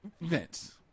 Vince